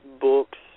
books